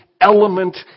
element